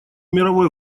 мировой